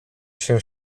się